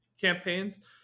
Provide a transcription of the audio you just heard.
campaigns